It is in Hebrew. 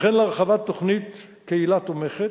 וכן להרחבת התוכנית "קהילה תומכת",